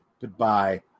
Goodbye